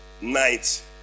night